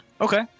Okay